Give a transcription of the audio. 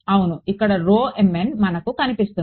అవును ఇక్కడ mn మనకు కనిపిస్తుంది